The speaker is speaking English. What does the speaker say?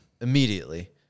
Immediately